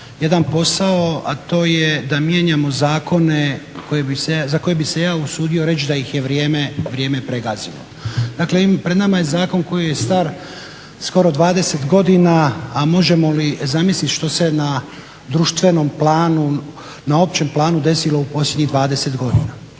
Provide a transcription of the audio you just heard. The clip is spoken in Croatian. jedan posao, a to je da mijenjamo zakone za koje bih se ja usudio reći da ih je vrijeme pregazilo. Dakle, pred nama je zakon koji je star skoro 20 godina, a možemo li zamisliti što se na društvenom planu, na općem planu desilo u posljednjih 20 godina?